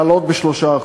לעלות ב-3%.